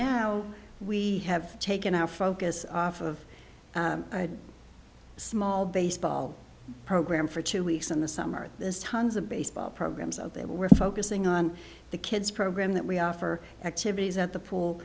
now we have taken our focus off of small baseball program for two weeks in the summer there's tons of baseball programs of that we're focusing on the kids program that we offer activities at the pool